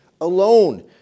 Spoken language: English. alone